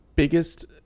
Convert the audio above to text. biggest